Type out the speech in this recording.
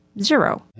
zero